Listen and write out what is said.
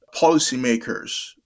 policymakers